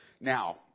Now